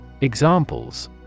Examples